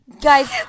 Guys